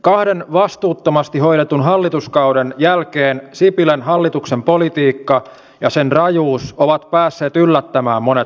kahden vastuuttomasti hoidetun hallituskauden jälkeen sipilän hallituksen politiikka ja sen rajuus ovat päässeet yllättämään monet suomalaiset